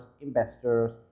investors